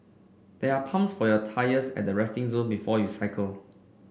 there are pumps for your tyres at the resting zone before you cycle